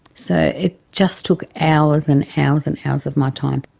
so it just took hours and hours and hours of my time.